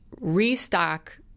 restock